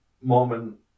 moment